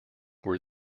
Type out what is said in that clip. were